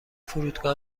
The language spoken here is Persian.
فرودگاه